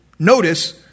Notice